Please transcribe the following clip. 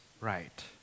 right